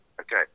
Okay